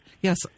Yes